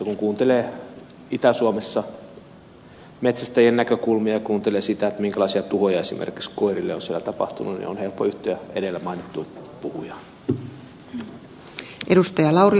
kun kuuntelee itä suomessa metsästäjien näkökulmia ja kuuntelee sitä minkälaisia tuhoja esimerkiksi koirille on siellä tapahtunut niin on helppo yhtyä edellä mainittuun puhujaan